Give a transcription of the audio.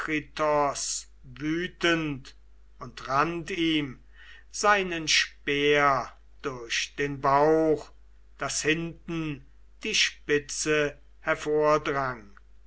und rannt ihm seinen speer durch den bauch daß hinten die spitze